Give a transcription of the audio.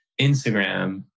Instagram